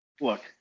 look